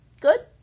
good